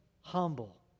humble